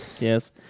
Yes